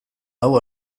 hau